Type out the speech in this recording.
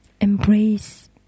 embrace